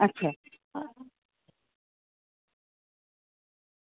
અચ્છા